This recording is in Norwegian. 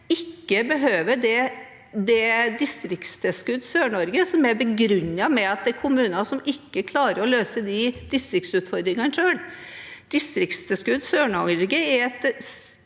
ikke behøver distriktstilskudd Sør-Norge, som er begrunnet med at det er kommuner som ikke klarer å løse de distriktsutfordringene selv. Distriktstilskudd Sør-Norge er et